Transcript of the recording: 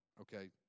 okay